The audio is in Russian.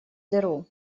дыру